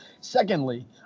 Secondly